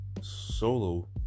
Solo